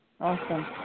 Awesome